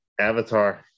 Avatar